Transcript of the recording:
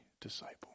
disciple